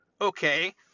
okay